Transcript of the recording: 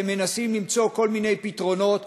אתם מנסים למצוא כל מיני פתרונות,